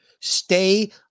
stay